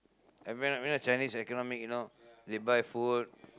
Chinese I cannot make you know they buy food